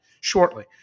shortly